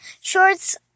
shorts